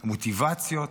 המוטיבציות.